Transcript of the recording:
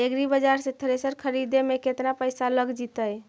एग्रिबाजार से थ्रेसर खरिदे में केतना पैसा लग जितै?